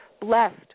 blessed